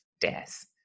death